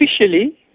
officially